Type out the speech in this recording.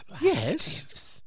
Yes